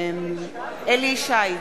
אליהו ישי,